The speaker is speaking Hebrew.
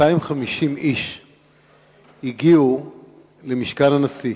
250 איש הגיעו למשכן הנשיא